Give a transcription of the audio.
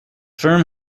firm